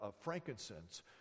frankincense